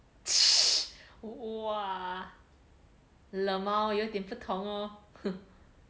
!wah! LMAO 有点不同哦